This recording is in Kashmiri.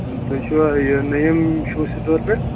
تُہۍ چھُوا یہِ نعیٖم چھُ سٹور پیٹھ